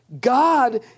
God